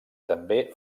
també